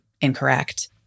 incorrect